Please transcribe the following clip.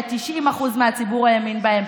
כש-90% מהציבור האמין בהם,